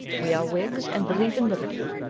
we are whigs, and believe in liberty.